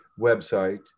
website